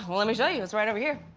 let me show you. it's right over here.